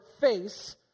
face